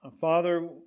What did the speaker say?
Father